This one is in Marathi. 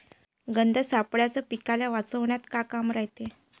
गंध सापळ्याचं पीकाले वाचवन्यात का काम रायते?